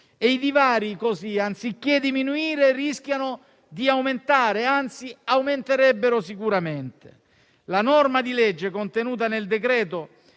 I divari, così, anziché diminuire, rischiano di aumentare, anzi, aumenterebbero sicuramente. La norma di legge contenuta nel decreto-legge